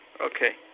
Okay